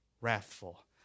wrathful